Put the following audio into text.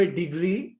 degree